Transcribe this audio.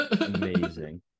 amazing